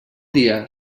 dia